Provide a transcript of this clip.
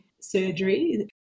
surgery